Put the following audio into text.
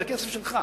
וזה הכסף שלך,